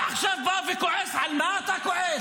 אתה עכשיו בא וכועס, על מה אתה כועס?